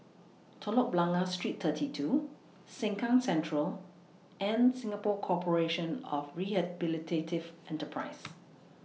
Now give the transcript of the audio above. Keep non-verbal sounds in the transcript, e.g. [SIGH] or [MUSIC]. Telok Blangah Street thirty two Sengkang Central and Singapore Corporation of Rehabilitative Enterprises [NOISE]